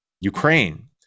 Ukraine